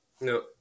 No